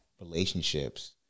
relationships